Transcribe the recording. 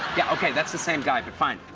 yeah, okay. that's the same guy. but fine,